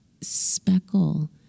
speckle